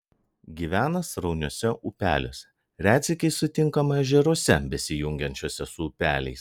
gyvena srauniuose upeliuose retsykiais sutinkama ežeruose besijungiančiuose su upeliais